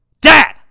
Dad